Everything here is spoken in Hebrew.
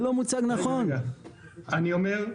אני אומר,